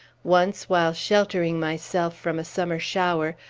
once, while sheltering myself from a summer shower,